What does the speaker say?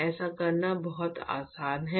ऐसा करना बहुत आसान है